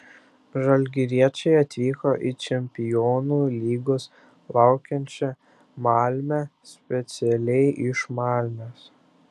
žalgiriečiai atvyko į čempionų lygos laukiančią malmę specialiai iš malmės